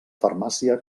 farmàcia